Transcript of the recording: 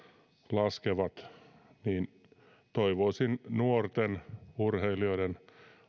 laskevat toivoisin nuorten urheilijoiden